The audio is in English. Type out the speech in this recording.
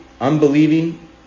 unbelieving